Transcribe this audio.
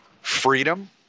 freedom